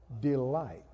delight